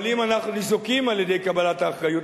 אבל אם אנחנו ניזוקים על-ידי קבלת האחריות